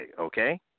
okay